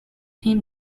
him